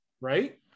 right